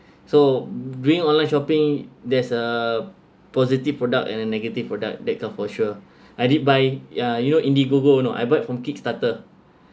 so during online shopping there's a positive product and a negative product that kind for sure I did buy ya you know indiegogo or no I buy from kick starter